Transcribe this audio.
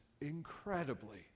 incredibly